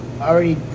already